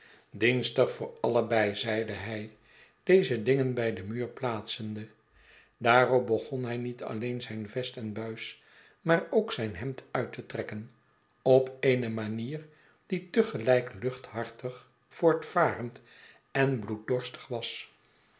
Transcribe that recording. dienstig voor allebei zeide hij deze dingen bij den muur plaatsende daarop begon hij niet alleen zyn vest en buis maar ook zijn hemd uit te trekken op eene manier die te gelijk luchthartig voortvarend en bloeddorstig was